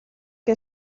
que